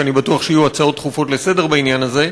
כי אני בטוח שיהיו הצעות דחופות לסדר-היום בעניין הזה,